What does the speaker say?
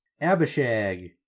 Abishag